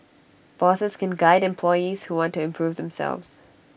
bosses can guide employees who want to improve themselves